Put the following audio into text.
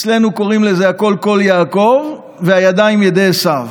אצלנו קוראים לזה "הקול קול יעקב והידיים ידי עשיו"